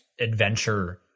adventure